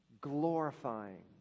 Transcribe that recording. glorifying